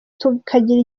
tukagira